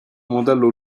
modello